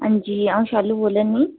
हां जी अं'ऊ शैलू बोलै नी